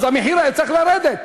אז המחיר היה צריך לרדת.